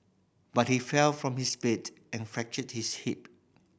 but he fell from his bed and fractured his hip